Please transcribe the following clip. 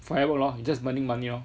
firework lor is just burning money lor